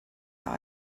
that